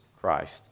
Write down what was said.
Christ